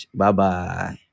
Bye-bye